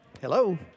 Hello